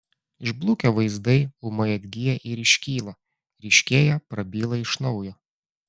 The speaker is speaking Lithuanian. išblukę vaizdai ūmai atgyja ir iškyla ryškėja prabyla iš naujo